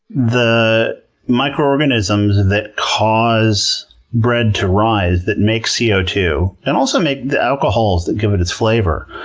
the microorganisms that cause bread to rise, that make c o two and also make the alcohols that give it its flavor